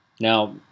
now